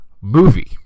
movie